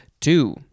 Two